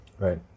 right